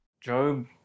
Job